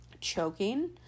choking